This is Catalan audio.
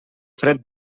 fred